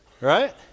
Right